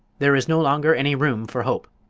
there is no longer any room for hope.